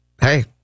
hey